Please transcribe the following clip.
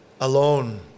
alone